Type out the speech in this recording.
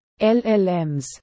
LLMs